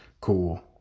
cool